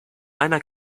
einer